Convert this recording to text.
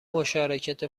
مشارکت